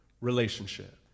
relationship